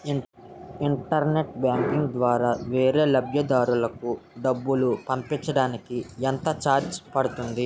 Internet banking ద్వారా వేరే లబ్ధిదారులకు డబ్బులు పంపించటానికి ఎంత ఛార్జ్ పడుతుంది?